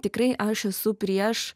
tikrai aš esu prieš